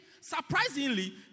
surprisingly